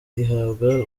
ihabwa